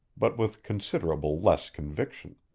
but with considerable less conviction.